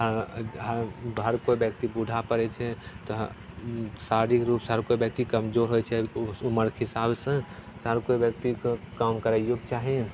हर हर कोइ व्यक्ति बूढ़ा पड़ै छै तऽ शारीरिक रूपसे हर कोइ व्यक्ति कमजोर होइ छै उमरिके हिसाबसे हर कोइ व्यक्तिके काम करैओके चाही